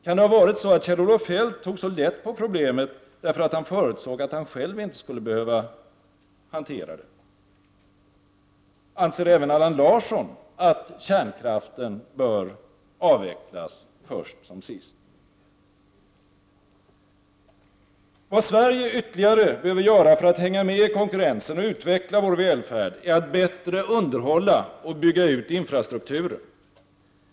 Kan det ha varit så att Kjell-Olof Feldt tog så lätt på problemet, därför att han förutsåg att han själv inte skulle behöva hantera det? Anser även Allan Larsson att kärnkraften bör avvecklas först som sist? Vad Sverige ytterligare behöver göra för att hänga med i konkurrensen och utveckla vår välfärd är att bättre underhålla och bygga ut infrastrukturen.